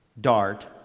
dart